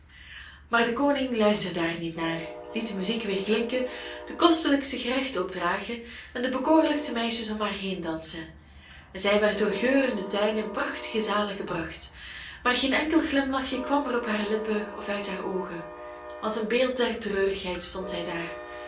maar de koning luisterde daar niet naar liet de muziek weerklinken de kostelijkste gerechten opdragen en de bekoorlijkste meisjes om haar heen dansen en zij werd door geurende tuinen in prachtige zalen gebracht maar geen enkel glimlachje kwam er op haar lippen of uit haar oogen als een beeld der treurigheid stond zij daar